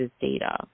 data